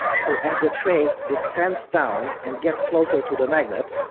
so as the tray descends down and gets closer to the magnet,